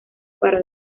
para